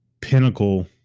pinnacle